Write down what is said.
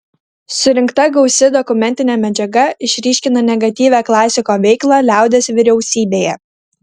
surinkta gausi dokumentinė medžiaga išryškina negatyvią klasiko veiklą liaudies vyriausybėje